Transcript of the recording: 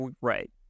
right